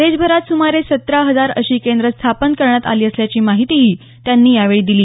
देशभऱात सुमारे सतरा हजार अशी केंद्रं स्थापन करण्यात आली असल्याची माहितीही त्यांनी यावेळी दिली